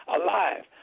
alive